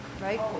Right